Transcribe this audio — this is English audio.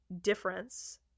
difference